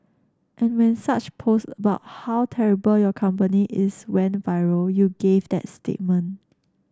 and when such posts bout how terrible your company is went viral you gave that statement